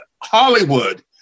Hollywood